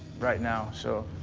right now, so